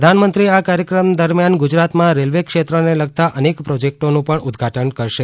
પ્રધાનમંત્રી આ કાર્યક્રમ દરમિયાન ગુજરાતમાં રેલવે ક્ષેત્રને લગતા અનેક પ્રોજેક્ટોનું પણ ઉદઘાટન કરશે